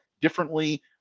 differently